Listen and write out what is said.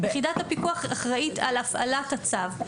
יחידת הפיקוח אחראית על הפעלת הצו,